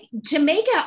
Jamaica